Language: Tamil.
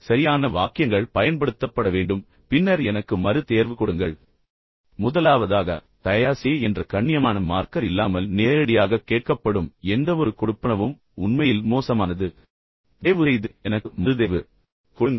சரியான வாக்கியங்கள் பயன்படுத்தப்பட வேண்டும் பின்னர் எனக்கு மறு தேர்வு கொடுங்கள் முதலாவதாக தயா சே என்ற கண்ணியமான மார்க்கர் இல்லாமல் நேரடியாகக் கேட்கப்படும் எந்தவொரு கொடுப்பனவும் உண்மையில் மோசமானது தயவுசெய்து எனக்கு மறுதேர்வு கொடுங்கள்